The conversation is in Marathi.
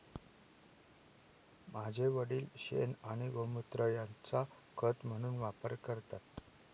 माझे वडील शेण आणि गोमुत्र यांचा खत म्हणून वापर करतात